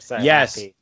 yes